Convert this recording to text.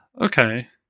okay